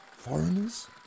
Foreigners